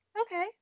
Okay